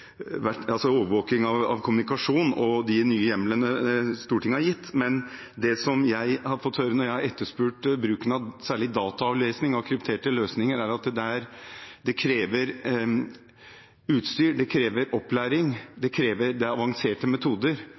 overvåking av kommunikasjon og de nye hjemlene Stortinget har gitt, men det jeg har fått høre når jeg har etterspurt bruken av særlig dataavlesning av krypterte løsninger, er at det krever utstyr og opplæring, og at det er avanserte metoder